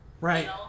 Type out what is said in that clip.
Right